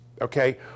okay